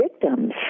victims